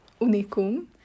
Unicum